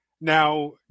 now